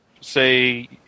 say